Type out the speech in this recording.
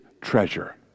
treasure